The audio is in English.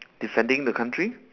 defending the country